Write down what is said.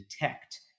detect